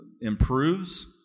improves